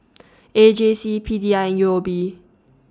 A J C P D I and U O B